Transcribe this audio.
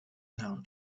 now